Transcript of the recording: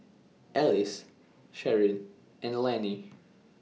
Ellis Sharyn and Lanny